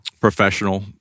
professional